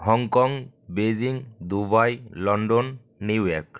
Hong Kong Beijing Dubai London New York